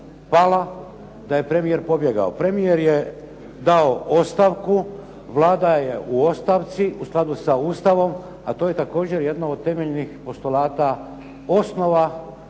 pala, da je premijer pobjegao. Premijer je dao ostavku, Vlada je u ostavci u skladu sa Ustavom, a to je također jedno od temeljnih postulata osnova